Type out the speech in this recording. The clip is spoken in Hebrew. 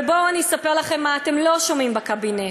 ובואו אני אספר לכם מה אתם לא שומעים בקבינט,